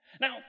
Now